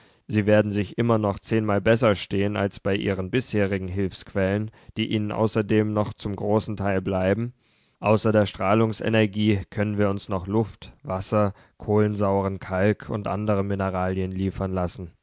sie werden sich immer noch zehnmal besser stehen als bei ihren bisherigen hilfsquellen die ihnen außerdem noch zum großen teil bleiben außer der strahlungsenergie können wir uns noch luft wasser kohlensauren kalk und andere mineralien liefern lassen